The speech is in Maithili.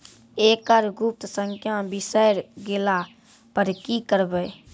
एकरऽ गुप्त संख्या बिसैर गेला पर की करवै?